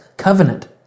Covenant